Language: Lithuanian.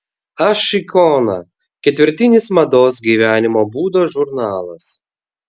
aš ikona ketvirtinis mados gyvenimo būdo žurnalas